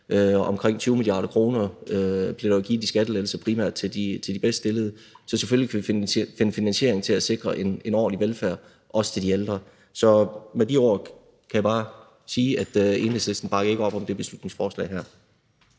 de omkring 20 mia. kr., som blev givet skattelettelser primært til de bedst stillede. Så selvfølgelig kan vi finde finansiering til at sikre en ordentlig velfærd, også til de ældre. Så med de ord kan jeg bare sige, at Enhedslisten ikke bakker op om det beslutningsforslag her.